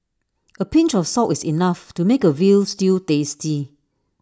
A pinch of salt is enough to make A Veal Stew tasty